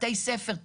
בתי ספר,